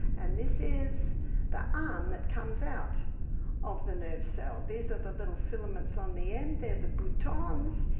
and this is the arm that comes out of the nerve cell. these are the little filaments on the end they're the boutons.